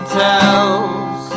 tells